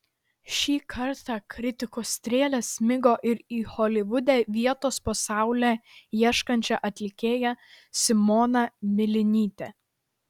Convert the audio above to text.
šį kartą kritikos strėlės smigo ir į holivude vietos po saule ieškančią atlikėją simoną milinytę